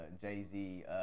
Jay-Z